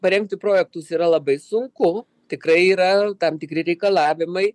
parengti projektus yra labai sunku tikrai yra tam tikri reikalavimai